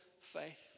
faith